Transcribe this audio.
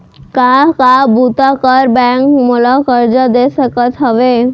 का का बुता बर बैंक मोला करजा दे सकत हवे?